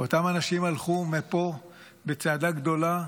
ואותם אנשים הלכו מפה בצעדה גדולה,